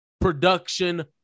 production